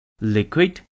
liquid